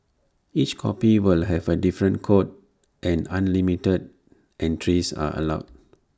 each copy will have A different code and unlimited entries are allowed